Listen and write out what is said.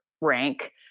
rank